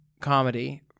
comedy